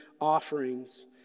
offerings